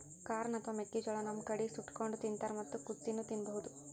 corn ಅಥವಾ ಮೆಕ್ಕಿಜೋಳಾ ನಮ್ ಕಡಿ ಸುಟ್ಟಕೊಂಡ್ ತಿಂತಾರ್ ಮತ್ತ್ ಕುದಸಿನೂ ತಿನ್ಬಹುದ್